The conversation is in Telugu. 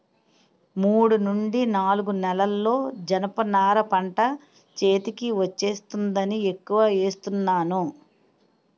మూడు నుండి నాలుగు నెలల్లో జనప నార పంట చేతికి వచ్చేస్తుందని ఎక్కువ ఏస్తున్నాను